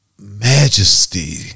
majesty